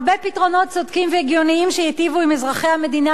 הרבה פתרונות צודקים והגיוניים שייטיבו עם אזרחי המדינה,